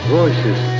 voices